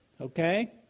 Okay